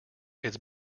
it’s